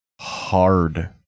hard